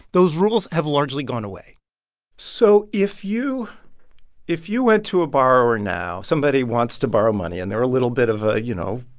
those rules have largely gone away so if you if you went to a borrower now somebody wants to borrow money. and they're a little bit of a you know,